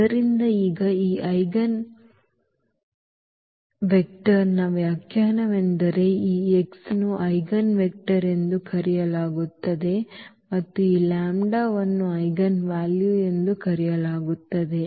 ಆದ್ದರಿಂದ ಈಗ ಈ ಐಜೆನ್ವೆಕ್ಟರ್ನ ವ್ಯಾಖ್ಯಾನವೆಂದರೆ ಈ x ಅನ್ನು ಐಜೆನ್ವೆಕ್ಟರ್ ಎಂದು ಕರೆಯಲಾಗುತ್ತದೆ ಮತ್ತು ಈ ಲ್ಯಾಂಬ್ಡಾವನ್ನು ಐಜೆನ್ ವ್ಯಾಲ್ಯೂ ಎಂದು ಕರೆಯಲಾಗುತ್ತದೆ